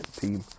team